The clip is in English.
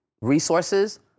resources